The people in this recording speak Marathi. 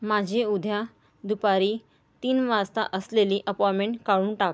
माझे उद्या दुपारी तीन वाजता असलेली अपॉयमेंट काढून टाक